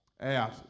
out